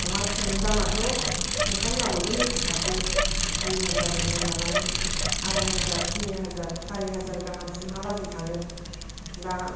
अमा फिसानि दामाथ' नोंथांमोनहा बयबो मिथिखासै दुइ हाजारनिफ्राय लानानै आराइ हाजार थिनि हाजार सारि हाजार गाहामसिमहालागै थाङो दा